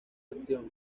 acción